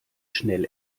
schnell